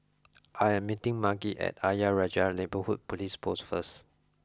I am meeting Margy at Ayer Rajah Neighbourhood Police Post first